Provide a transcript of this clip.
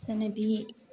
ସେନେ ବିି